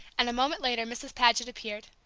and a moment later mrs. paget appeared.